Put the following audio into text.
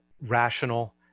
rational